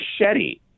machete